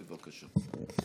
בבקשה.